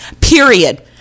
period